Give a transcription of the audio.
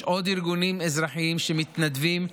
יש עוד ארגונים אזרחיים שמתנדבים,